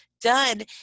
done